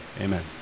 Amen